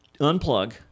unplug